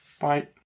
Bye